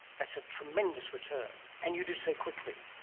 that's a tremendous return, and you do so quickly.